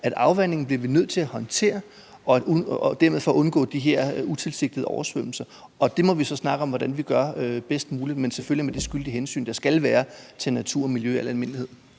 at vi bliver nødt til at håndtere afvandingen for dermed at undgå de her utilsigtede oversvømmelser. Det må vi så snakke om hvordan vi gør bedst muligt, men selvfølgelig med skyldigt hensyn til, at der skal være natur og miljø i al almindelighed.